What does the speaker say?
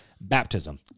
Baptism